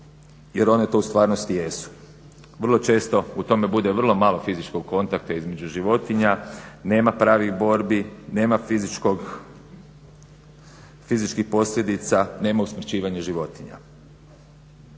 jer one to u stvarnosti jesu. Vrlo često u tome bude vrlo malo fizičkog kontakta između životinja. Nema pravih borbi, nema fizičkih posljedica, nema usmrćivanja životinja.